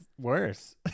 worse